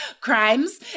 crimes